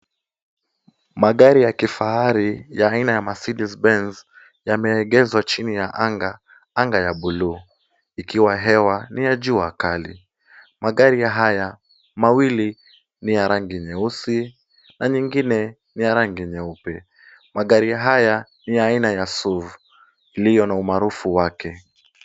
Magari ya kifahari ya aina ya mercedez benz yameegeshwa chini ya anga ya buluu ikiwa hewa ni ya jua kali. Magari haya mawili ni ya rangi nyeusi na nyingine ni ya rangi nyeupe. Magari haya ni ya aina ya iliyo na umaarufu wake.